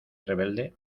rebelde